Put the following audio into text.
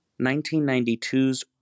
1992's